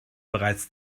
bereits